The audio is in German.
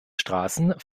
straßen